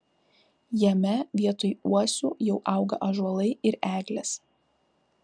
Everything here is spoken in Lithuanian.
jame vietoj uosių jau auga ąžuolai ir eglės